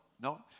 no